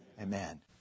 Amen